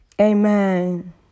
Amen